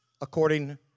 according